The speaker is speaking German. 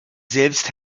selbst